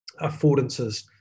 affordances